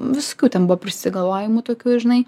visokių ten buvo prisigalvojimų tokių žinai